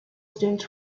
students